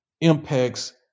impacts